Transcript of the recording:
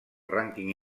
rànquing